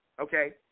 Okay